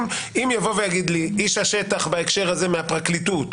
אם יבוא ויגיד לי איש השטח בהקשר הזה מהפרקליטות,